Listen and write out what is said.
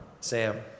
Sam